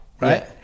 right